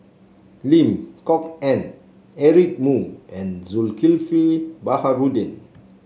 Lim Kok Ann Eric Moo and Zulkifli Baharudin